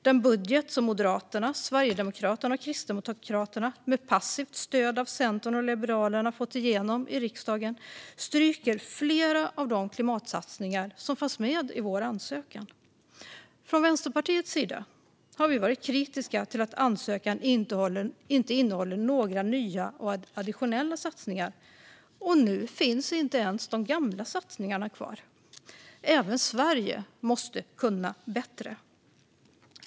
Den budget som Moderaterna, Sverigedemokraterna och Kristdemokraterna med passivt stöd av Centern och Liberalerna har fått igenom i riksdagen stryker flera av de klimatsatsningar som fanns med i vår ansökan. Vi i Vänsterpartiet har varit kritiska till att ansökan inte innehåller några nya och additionella satsningar, och nu finns inte ens de gamla satsningar kvar. Även Sverige måste kunna bättre.